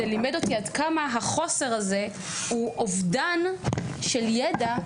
זה לימד אותי עד כמה החוסר הזה הוא אובדן של ידע,